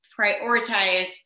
prioritize